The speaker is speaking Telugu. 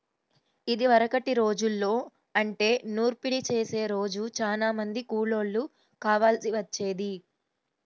ఇదివరకటి రోజుల్లో అంటే నూర్పిడి చేసే రోజు చానా మంది కూలోళ్ళు కావాల్సి వచ్చేది